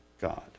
God